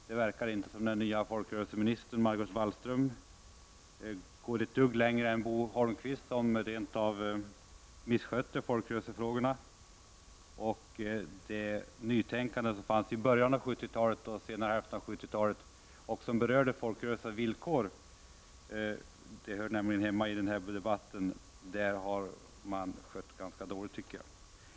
Det verkar inte som om den nye folkrörelseministern Margot Wallström gått längre än Bo Holmberg, som rent av misskötte folkrörelsefrågorna. Det nytänkande som fanns i början av 70-talet och under senare hälften av 70-talet och som berörde folkrörelsernas villkor, vilket faktiskt hör hemma i den här debatten, har skötts ganska dåligt.